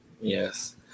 Yes